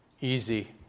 easy